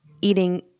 eating